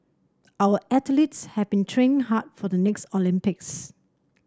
our athletes have been training hard for the next Olympics